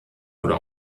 oder